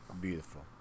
beautiful